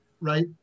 right